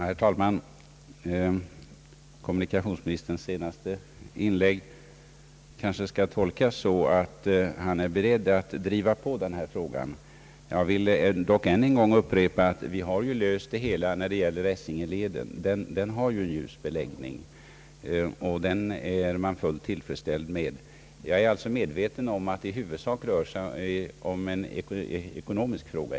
Herr talman! Kommunikationsministerns senaste inlägg kanske skall tolkas så, att han är beredd att driva på utvecklingen i den här frågan. Jag vill än en gång upprepa att problemet är löst då det gäller Essingeleden — den har en ljus beläggning som man är fullt tillfredsställd med. Jag har klart för mig att detta i huvudsak är en ekonomisk fråga.